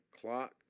clock